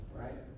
right